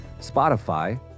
Spotify